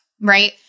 right